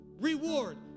reward